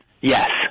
yes